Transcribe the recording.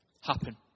happen